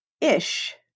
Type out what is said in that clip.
ish